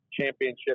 championship